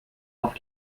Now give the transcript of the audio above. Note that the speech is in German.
auf